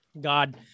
God